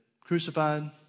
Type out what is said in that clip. crucified